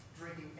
drinking